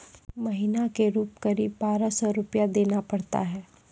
महीना के रूप क़रीब बारह सौ रु देना पड़ता है?